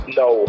no